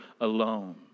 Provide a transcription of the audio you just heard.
Alone